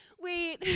Wait